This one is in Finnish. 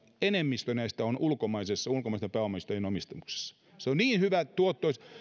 enemmistö on ulkomaisten pääomasijoittajien omistuksessa se on niin hyvätuottoista